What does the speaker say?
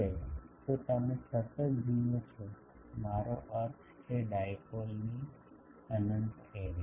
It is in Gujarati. હવે તો તમે સતત જુઓ છો મારો અર્થ છે ડાઇપોલની અનંત એરે